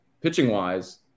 pitching-wise